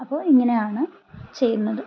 അപ്പോൾ ഇങ്ങനെയാണ് ചെയ്യുന്നത്